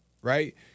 right